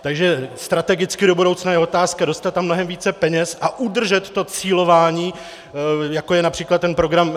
Takže strategicky do budoucna je otázka dostat tam mnohem více peněz a udržet to cílování, jako je například program